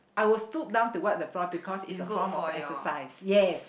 I would stood down to wipe the floor because it's a form of exercise yes